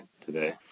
today